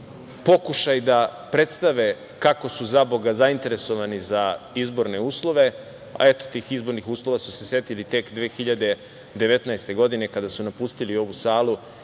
pokušaj da predstave kako su zaboga zainteresovani za izborne uslove, a eto tih izbornih uslova su se setili tek 2019. godine kada su napustili ovu salu,